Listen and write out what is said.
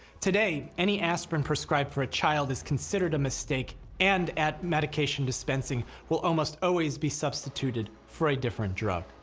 today, any aspirin prescribed for a child is considered a mistake and at medication dispensing will almost always be substituted for a different drug.